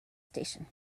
station